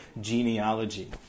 genealogy